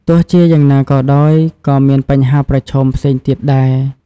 ទោះជាយ៉ាងណាក៏ដោយ ក៏មានបញ្ហាប្រឈមផ្សេងទៀតដែរ។